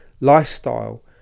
lifestyle